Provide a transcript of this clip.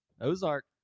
Ozark